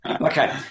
Okay